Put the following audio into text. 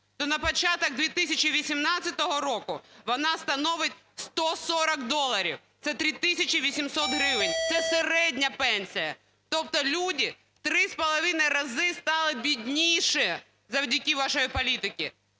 то на початок 2018 року вона становить 140 доларів, це 3 тисячі 800 гривень. Це середня пенсія. Тобто люди в 3,5 рази стали бідніше завдяки вашій політиці,